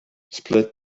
split